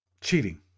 cheating